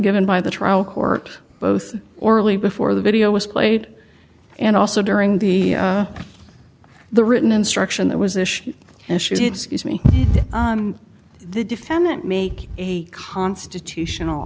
given by the trial court both orally before the video was played and also during the the written instruction that was issued me the defendant make a constitutional